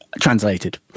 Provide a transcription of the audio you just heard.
translated